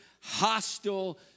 hostile